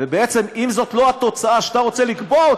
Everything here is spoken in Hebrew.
ובעצם אם התוצאה היא לא זאת שאתה רוצה לקבוע,